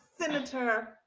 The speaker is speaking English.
senator